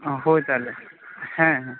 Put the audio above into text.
ᱦᱳᱭ ᱛᱟᱦᱚᱞᱮ ᱦᱮᱸ ᱦᱮᱸ